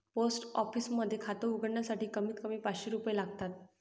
post office मध्ये खात उघडण्यासाठी कमीत कमी पाचशे रुपये लागतात